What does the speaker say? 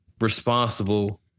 responsible